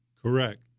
Correct